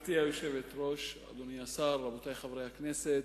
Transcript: גברתי היושבת-ראש, אדוני השר, רבותי חברי הכנסת,